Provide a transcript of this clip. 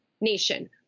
nation